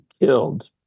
killed